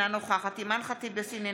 אינה נוכחת אימאן ח'טיב יאסין,